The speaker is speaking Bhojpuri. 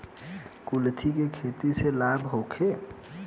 कुलथी के खेती से लाभ होखे?